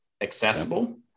accessible